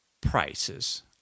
prices